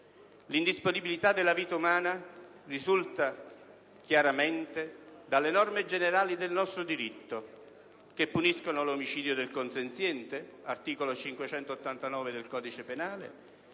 L'indisponibilità della vita umana risulta chiaramente dalle norme generali del nostro diritto, che puniscono l'omicidio del consenziente - articolo 579 del codice penale